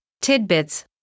tidbits